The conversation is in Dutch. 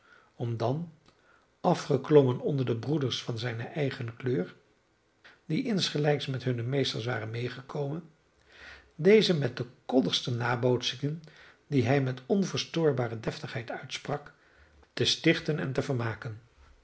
om dan afgeklommen onder de broeders van zijne eigene kleur die insgelijks met hunne meesters waren medegekomen deze met de koddigste nabootsingen die hij met onverstoorbare deftigheid uitsprak te stichten en te vermaken